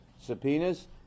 subpoenas